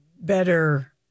better